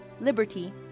liberty